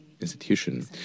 Institution